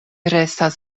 restas